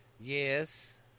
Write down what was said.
Yes